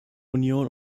union